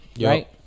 Right